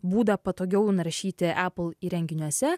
būdą patogiau naršyti apple įrenginiuose